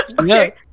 Okay